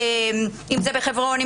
אם זה בחברון,